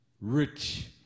rich